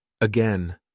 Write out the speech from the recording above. Again